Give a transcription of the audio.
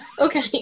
Okay